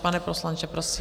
Pane poslanče, prosím.